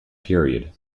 period